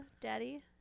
Daddy